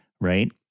right